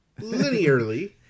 Linearly